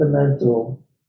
fundamental